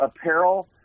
apparel